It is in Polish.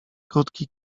krótki